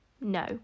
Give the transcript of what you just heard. No